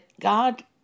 God